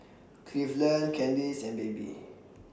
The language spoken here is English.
Cleveland Kandice and Baby